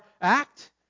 act